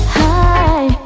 high